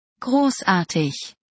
Großartig